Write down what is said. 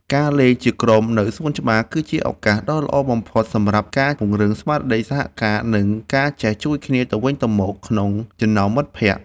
ការលេងជាក្រុមនៅសួនច្បារ គឺជាឱកាសដ៏ល្អបំផុតសម្រាប់ការពង្រឹងស្មារតីសហការ និងការចេះជួយគ្នាទៅវិញទៅមកក្នុងចំណោមមិត្តភក្តិ។